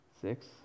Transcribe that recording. six